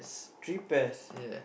three pairs